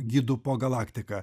gidu po galaktiką